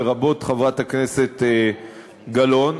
לרבות חברת הכנסת גלאון,